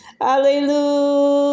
Hallelujah